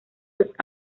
los